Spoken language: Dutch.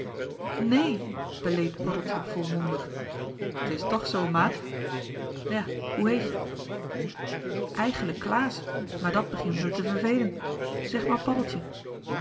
neen beleed paddeltje volmondig t is toch zoo maat ja hoe heet je eigenlijk klaas maar dat begint me te vervelen zeg maar paddeltje